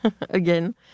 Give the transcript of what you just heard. again